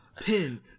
pin